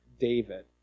David